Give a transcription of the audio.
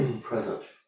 present